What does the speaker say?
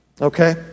okay